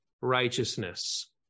righteousness